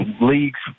leagues